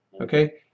okay